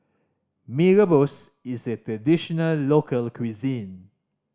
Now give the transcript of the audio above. Mee Rebus is a traditional local cuisine